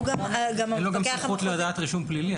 אין לו סמכות לדעת רישום פלילי.